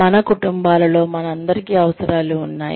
మన కుటుంబాలలో మనందరికీ అవసరాలు ఉన్నాయి